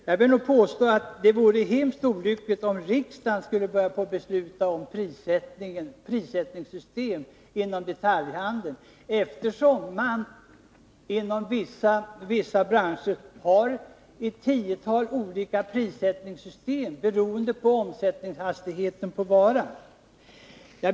Jag vill påstå att det vore mycket olyckligt om riksdagen skulle börja besluta om prissättningssystem inom detaljhandeln, eftersom man inom vissa branscher har ett tiotal olika prissättningssystem — beroende på omsättningshastigheten på varan.